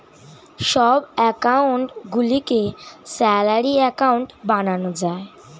সব অ্যাকাউন্ট গুলিকে salary account বানানো যায়